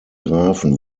grafen